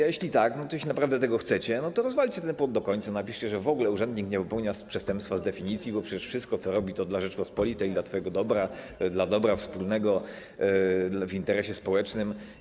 A jeśli tak, jeśli naprawdę tego chcecie, to rozwalcie ten płot do końca, napiszcie, że w ogóle urzędnik nie popełnia przestępstwa z definicji, bo przecież wszystko, co robi, to dla Rzeczypospolitej robi, dla twojego dobra, dla dobra wspólnego, w interesie społecznym.